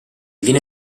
viene